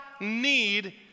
Need